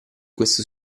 questo